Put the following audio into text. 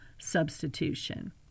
Substitution